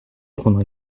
prendre